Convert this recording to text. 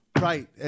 right